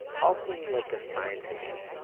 all seemed like a sign to me.